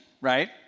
right